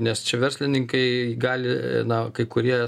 nes čia verslininkai gali na kai kurie